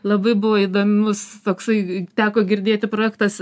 labai buvo įdomus toksai teko girdėti projektas